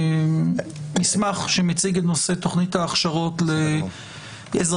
מסמך שמציג את נושא תוכנית ההכשרות לאזרחים